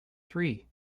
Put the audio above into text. three